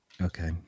Okay